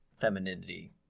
femininity